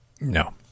No